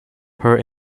her